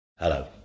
Hello